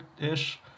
ish